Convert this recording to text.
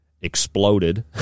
exploded